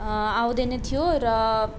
आउँदैन थियो र